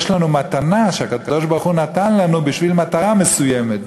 יש לנו מתנה שהקדוש-ברוך-הוא נתן לנו בשביל מטרה מסוימת,